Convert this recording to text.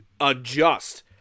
adjust